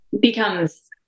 becomes